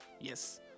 Yes